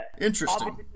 Interesting